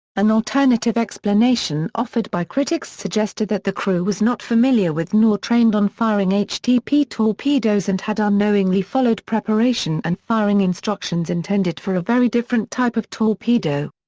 an alternative explanation offered by critics suggested that the crew was not familiar with nor trained on firing htp torpedoes and had unknowingly followed preparation and firing instructions intended for a very different type of torpedo.